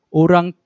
orang